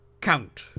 Count